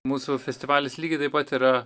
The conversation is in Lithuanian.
mūsų festivalis lygiai taip pat yra